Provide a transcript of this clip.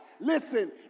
Listen